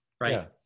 right